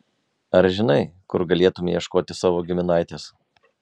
ar žinai kur galėtumei ieškoti savo giminaitės